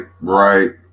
right